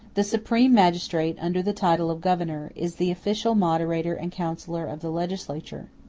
the supreme magistrate, under the title of governor, is the official moderator and counsellor of the legislature.